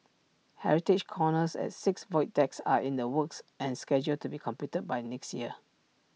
heritage corners at six void decks are in the works and scheduled to be completed by next year